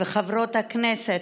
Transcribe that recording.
וחברות הכנסת,